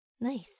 Nice